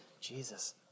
Jesus